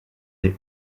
des